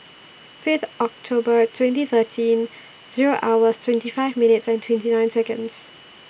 Fifth October twenty thirteen Zero hours twenty five minutes and twenty nine Seconds